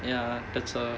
ya that's a